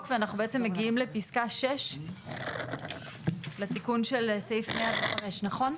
ואנחנו בעצם מגיעים לפסקה 6 לתיקון של סעיף 105. נכון?